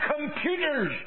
computers